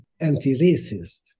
anti-racist